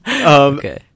Okay